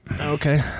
Okay